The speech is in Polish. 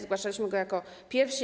Złaszaliśmy go jako pierwsi.